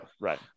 Right